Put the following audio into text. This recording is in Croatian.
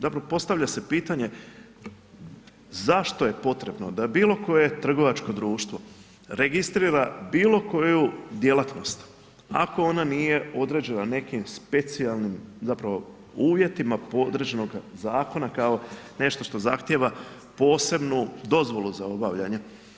Zapravo postavlja se pitanje zašto je potrebno da bilokoje trgovačko društvo registrira bilokoju djelatnost ako ona nije određena nekim specijalnim zapravo uvjetima podređenoga zakona kao nešto što zahtjeva posebnu dozvolu za obavljanje.